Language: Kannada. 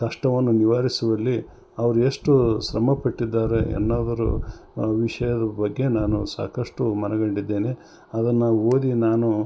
ಕಷ್ಟವನ್ನು ನಿವಾರಿಸುವಲ್ಲಿ ಅವ್ರು ಎಷ್ಟು ಶ್ರಮ ಪಟ್ಟಿದ್ದಾರೆ ಎನ್ನೋದರ ವಿಷಯದ ಬಗ್ಗೆ ನಾನು ಸಾಕಷ್ಟು ಮನಗಂಡಿದ್ದೇನೆ ಅದನ್ನು ಓದಿ ನಾನು